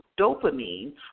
dopamine